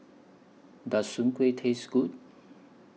Does Soon Kuih Taste Good